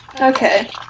Okay